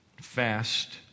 fast